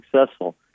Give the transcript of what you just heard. successful